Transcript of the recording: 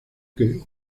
que